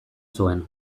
zuen